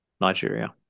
Nigeria